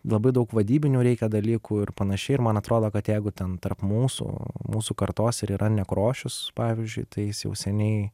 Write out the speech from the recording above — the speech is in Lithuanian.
labai daug vadybinių reikia dalykų ir panašiai ir man atrodo kad jeigu ten tarp mūsų mūsų kartos ir yra nekrošius pavyzdžiui tai jis jau seniai